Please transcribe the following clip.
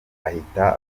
ahita